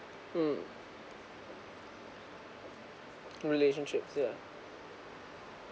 hmm relationships yeah